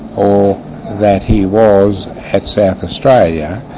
or that he was at south australia,